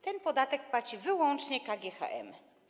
Ten podatek płaci wyłącznie KGHM.